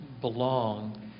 belong